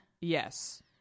Yes